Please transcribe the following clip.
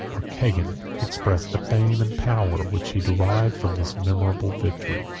or cagan, expressed the fame and power which he derived from this memorable victory.